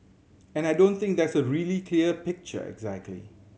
and I don't think there's a really clear picture exactly